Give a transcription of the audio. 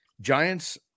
Giants